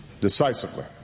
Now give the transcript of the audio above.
decisively